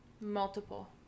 Multiple